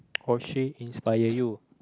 or she inspire you